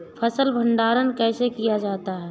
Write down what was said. फ़सल भंडारण कैसे किया जाता है?